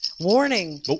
Warning